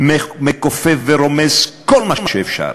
מכופף ורומס כל מה שאפשר,